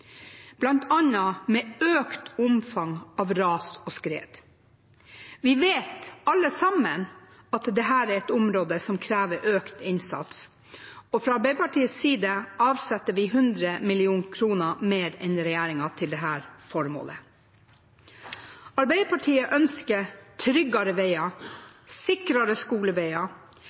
medfører, bl.a. økt omfang av ras og skred. Vi vet alle at dette er et område som krever økt innsats, og fra Arbeiderpartiets side avsetter vi 100 mill. kr mer enn regjeringen til dette formålet. Arbeiderpartiet ønsker tryggere veger, sikrere